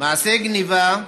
מעשה גנבה,